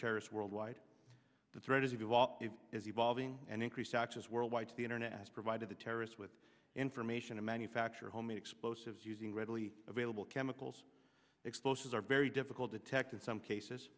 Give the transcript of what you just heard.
terrorists worldwide the threat of all is evolving and increased access worldwide to the internet has provided the terrorists with information to manufacture homemade explosives using readily available chemicals explosives are very difficult detected some cases